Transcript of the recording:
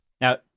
Now